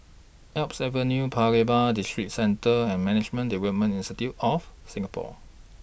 Alps Avenue Paya Lebar Districentre and Management Development Institute of Singapore